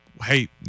Hey